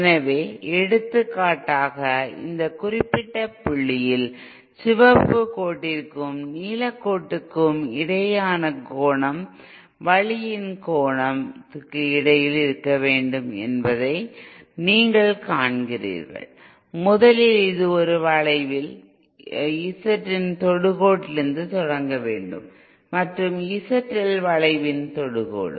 எனவே எடுத்துக்காட்டாக இந்த குறிப்பிட்ட புள்ளியில் சிவப்பு கோட்டிற்கும் நீலக்கோடுக்கும் இடையேயான கோணம் வழியின் கோணம் க்கு இடையில் இருக்க வேண்டும் என்பதை நீங்கள் காண்கிறீர்கள் முதலில் இது ஒரு வளைவில் Z இன் தொடுகோட்டிலிருந்து தொடங்க வேண்டும் மற்றும் ZL வளைவின் தொடுகோடு